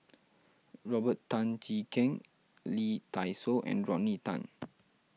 Robert Tan Jee Keng Lee Dai Soh and Rodney Tan